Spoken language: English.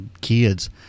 kids